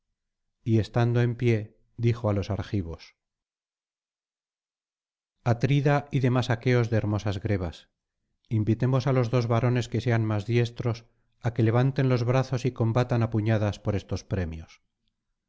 y estando en pie dijo á los argivos atrida y demás aqueos de hermosas glebas invitemos á los dos varones que sean más diestros á que levanten los brazos y combatan á puñadas por estos premios